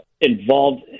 involved